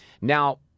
Now